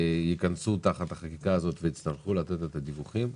שייכנסו תחת החקיקה הזאת ויצטרכו לתת את הדיווחים.